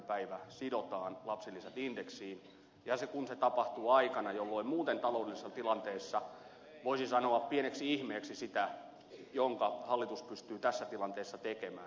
päivänä sidotaan lapsilisät indeksiin ja se tapahtuu aikana jolloin muuten taloudellisessa tilanteessa voisi sanoa pieneksi ihmeeksi sitä minkä hallitus pystyy tässä tilanteessa tekemään